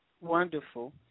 Wonderful